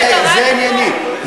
זה עניינית.